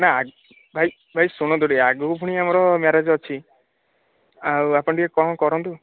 ନାଁ ନାଁ ଭାଇ ଭାଇ ଶୁଣନ୍ତୁ ଟିକିଏ ଆଗକୁ ଫୁଣି ଆମର ମ୍ୟାରେଜ୍ ଅଛି ଆଉ ଆପଣ ଟିକିଏ କମ୍ କରନ୍ତୁ